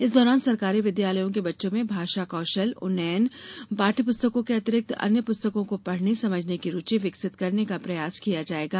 इस दौरान सरकारी विद्यालयों के बच्चों में भाषा कौशल उन्नयन पाठ्य पुस्तकों के अतिरिक्त अन्य पुस्तकों को पढ़ने समझने की रुचि विकसित करने का प्रयास किया जायेगा